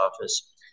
office